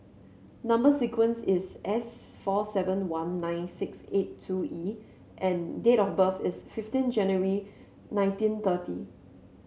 number sequence is S four seven one nine six eight two E and date of birth is fifteen January nineteen thirty